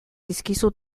dizkizu